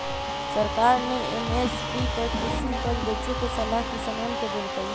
सरकार ने एम.एस.पी पर कृषि उपज बेचे के सलाह किसनवन के देल कई